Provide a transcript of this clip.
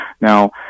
now